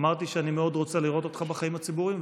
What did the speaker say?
אמרתי שאני מאוד רוצה לראות אותך בחיים הציבוריים,